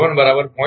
તેથી આ 0